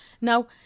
Now